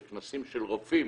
לכנסים של רופאים,